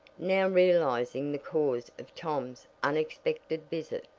now realizing the cause of tom's unexpected visit,